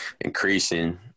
increasing